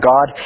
God